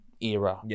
era